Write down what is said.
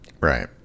Right